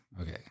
Okay